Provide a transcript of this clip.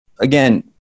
again